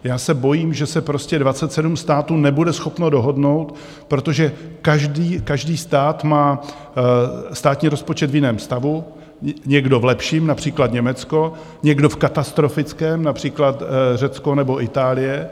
Já se bojím, že se prostě 27 států nebude schopno dohodnout, protože každý stát má státní rozpočet v jiném stavu, někdo v lepším, například Německo, někdo v katastrofickém, například Řecko nebo Itálie.